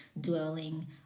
dwelling